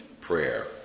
prayer